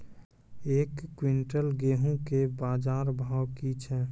एक क्विंटल गेहूँ के बाजार भाव की छ?